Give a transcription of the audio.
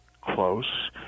close